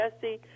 jesse